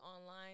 online